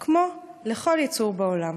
/ כמו לכל יצור בעולם."